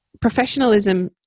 professionalism